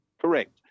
Correct